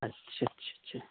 اچھا اچھا اچھا